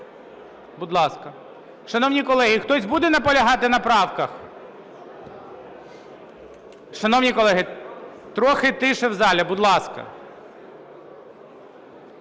будь ласка. Шановні колеги, хто буде наполягати на правках? Шановні колеги, трохи тихіше в залі, будь ласка.